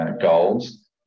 goals